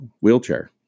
wheelchair